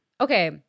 okay